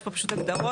יש פה פשוט הגדרות,